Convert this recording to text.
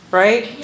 right